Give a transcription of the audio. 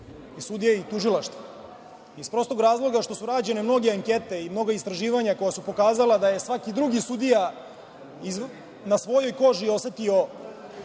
sudija i tužilaštva, iz prostog razloga što su rađene mnoge ankete i mnogo istraživanja koja su pokazala da je svaki drugi sudija, na svojoj koži, osetio